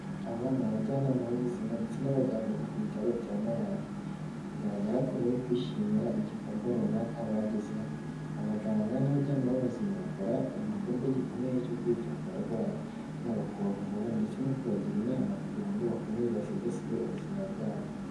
Aba ni abajyanama b'ubuzima ndetse n'abaganga bo ku bitaro bya Mayange; bigaragara ko bari kwishimira igikorwa runaka bagezeho. Abaganga n'abajyana bubuzima bakora igikorwa gikomeye cyo kwita ku barwayi; yaba kubavura ndetse no kubagira inama kugira ngo bakomeze basigasire ubuzima bwabo.